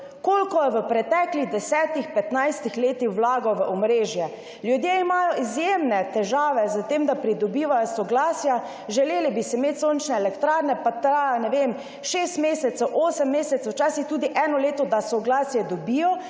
koliko je v preteklih, 10, 15 letih vlagal v omrežje? Ljudje imajo izjemne težave s tem, da pridobivajo soglasja, želeli bi imeti sončne elektrarne, pa traja, ne vem, šest mesecev, osem mesecev, včasih tudi eno leto, da soglasje dobijo